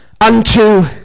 unto